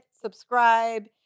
subscribe